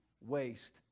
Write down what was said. waste